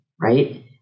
right